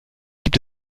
gibt